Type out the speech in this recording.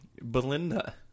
Belinda